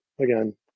Again